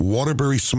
Waterbury